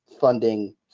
funding